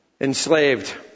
Enslaved